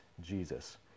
Jesus